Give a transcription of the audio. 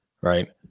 right